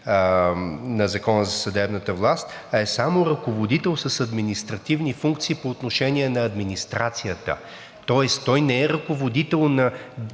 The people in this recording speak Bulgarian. на Закона за съдебната власт, а е само ръководител с административни функции по отношение на администрацията. Тоест той не е ръководител на